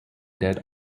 dead